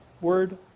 word